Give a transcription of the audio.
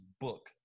book